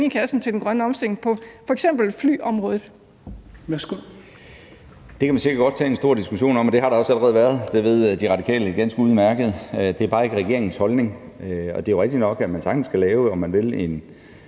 værsgo. Kl. 15:38 Skatteministeren (Morten Bødskov): Det kan man sikkert godt tage en stor diskussion om, og det har der også allerede været, det ved De Radikale ganske udmærket, men det er bare ikke regeringens holdning. Det er rigtigt nok, at man sagtens, om man vil,